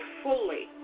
fully